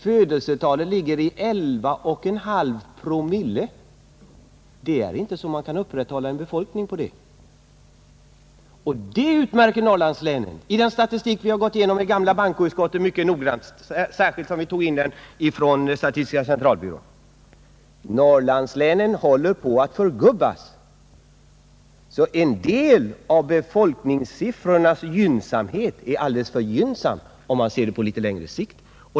Födelsetalet ligger nämligen vid 11 1/2 promille, och det är inte ett födelsetal som man kan upprätthålla en befolkning på! Låga födelsetal är också något som utmärker Norrlandslänen. Vi gick igenom den statistiken mycket noggrant i det gamla bankoutskottet, och vi tog in uppgifterna från statistiska centralbyrån. Siffrorna visar att Norrlandslänen håller på att förgubbas. Därför är de gynnsamma befolkningssiffrorna litet missvisande, om man ser det hela på litet längre sikt.